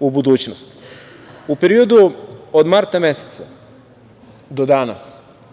u budućnost.U periodu od marta meseca do danas,